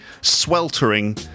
sweltering